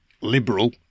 liberal